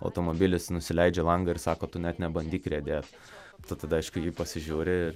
automobilis nusileidžia langą ir sako tu net nebandyk riedėt tu tada aišku į jį pasižiūri